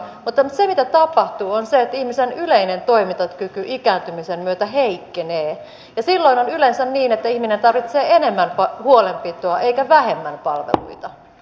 mutta se mitä tapahtuu on se että ihmisen yleinen toimintakyky ikääntymisen myötä heikkenee ja silloin on yleensä niin että ihminen tarvitsee enemmän huolenpitoa eikä vähemmän palveluita